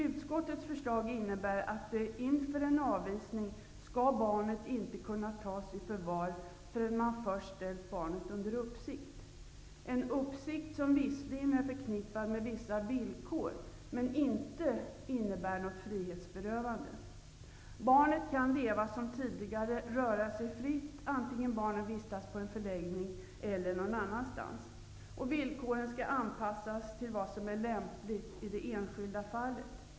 Utskottets förslag innebär att barnet inför en avvisning inte skall kunna tas i förvar förrän man först ställt barnet under uppsikt, en uppsikt som visserligen är förknippad med vissa villkor men som inte innebär ett frihetsberövande. Barnet kan leva som tidigare och röra sig fritt, vare sig barnet vistas på en förläggning eller någon annanstans. Villkoren skall anpassas till vad som är lämpligt i det enskilda fallet.